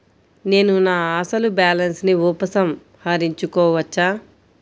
నేను నా అసలు బాలన్స్ ని ఉపసంహరించుకోవచ్చా?